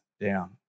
down